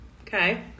Okay